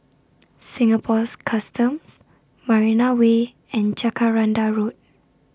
Singapore's Customs Marina Way and Jacaranda Road